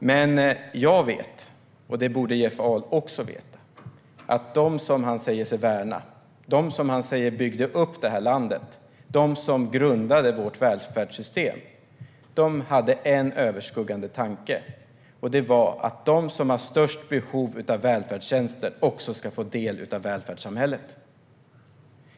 Men jag vet - och det borde Jeff Ahl också veta - att de som han säger sig värna, de som han säger byggde upp det här landet, de som grundade vårt välfärdssystem, hade en överskuggande tanke, nämligen att de som har störst behov av välfärdstjänster också ska få del av välfärdssamhället.